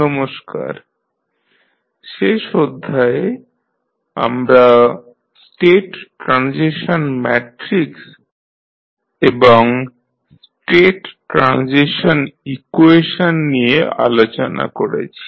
নমস্কার শেষ অধ্যায়ে আমরা স্টেট ট্রানজিশন ম্যাট্রিক্স এবং স্টেট ট্রানজিশন ইকুয়েশন নিয়ে আলোচনা করেছি